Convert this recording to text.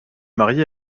mariée